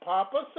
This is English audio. Papa